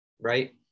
right